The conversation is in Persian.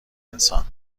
انسان